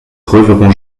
reverrons